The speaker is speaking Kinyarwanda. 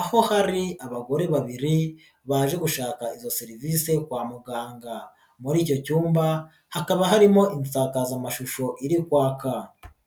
aho hari abagore babiri baje gushaka izo serivisi kwa muganga. Muri icyo cyumba hakaba harimo insakazamashusho iri kwaka.